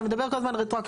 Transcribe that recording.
אתה מדבר על רטרואקטיביות,